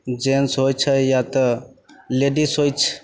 gents होइ छै या तऽ लेडिज होइ छै